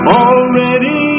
already